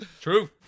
true